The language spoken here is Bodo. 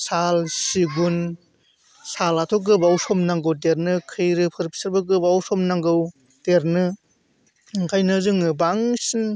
साल सिगुन सालाथ' गोबाव सम नांगौ देरनो खैरोफोर बिसोरबो गोबाव सम नांगौ देरनो ओंखायनो जोङो बांसिन